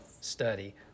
study